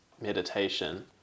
meditation